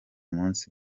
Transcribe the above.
munsi